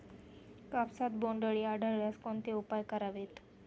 कापसात बोंडअळी आढळल्यास कोणते उपाय करावेत?